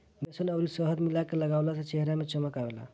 बेसन अउरी शहद मिला के लगवला से चेहरा में चमक आवेला